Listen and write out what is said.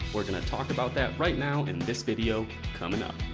we're going to talk about that right now in this video coming up.